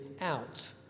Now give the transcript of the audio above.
out